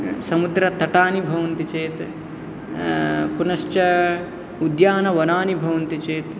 समुद्रतटानि भवन्ति चेत् पुनश्च उद्यानवनानि भवन्ति चेत्